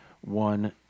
one